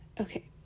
okay